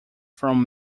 from